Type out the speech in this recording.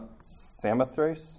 Samothrace